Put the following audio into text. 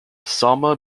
salma